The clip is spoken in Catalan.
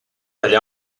allà